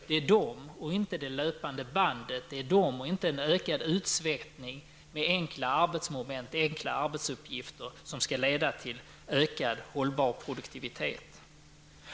Det är detta och inte det löpande bandet, det är detta och inte en ökad utsvettning med enkla arbetsmoment och enkla arbetsuppgifter, som skall leda till ökad hållbar produktivitet.